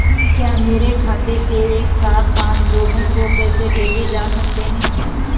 क्या मेरे खाते से एक साथ पांच लोगों को पैसे भेजे जा सकते हैं?